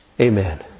Amen